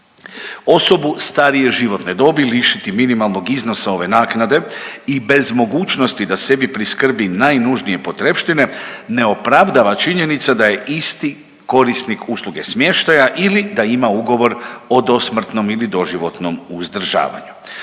Osobu starije životne dobi lišiti minimalnog iznosa ove naknade i bez mogućnosti da sebi priskrbi najnužnije potrepštine ne opravdava činjenica da je isti korisnik usluge smještaja ili da ima ugovor o dosmrtnom ili doživotnom uzdržavanju.